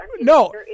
No